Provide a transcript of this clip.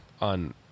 on